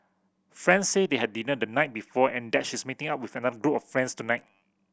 friend say they had dinner the night before and that she's meeting up with another group of friends tonight